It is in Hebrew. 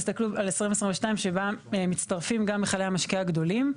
תסתכלו על 2022 שבה מצטרפים גם מכלי המשקה הגדולים,